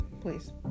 Please